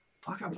fuck